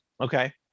okay